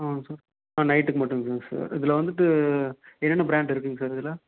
ஆ sir ஆ நைட்டுக்கு மட்டும் தான் சார் இதில் வந்துவிட்டு என்னென்ன ப்ராண்ட் இருக்குதுங்க சார் இதில்